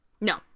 no